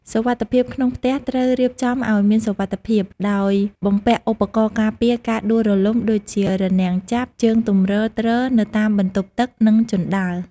សុវត្ថិភាពក្នុងផ្ទះត្រូវរៀបចំឱ្យមានសុវត្ថិភាព ដោយបំពាក់ឧបករណ៍ការពារការដួលរលំដូចជារនាំងចាប់ ជើងទម្រទ្រ នៅតាមបន្ទប់ទឹក និងជណ្ដើរ។